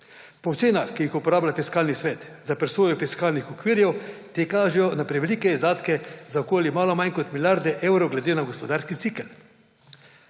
Po ocenah, ki jih uporablja Fiskalni svet za presojo fiskalnih okvirov, te kažejo na prevelike izdatke za okoli malo manj kot milijardo evrov glede na gospodarski cikel.